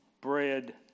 bread